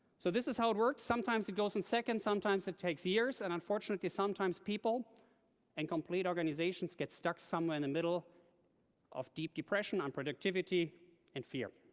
so, this is how it works. sometimes it goes in seconds, sometimes it takes years and unfortunately, sometimes people and complete organizations get stuck somewhere in the middle of deep depression, unproductivity, and fear.